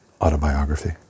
autobiography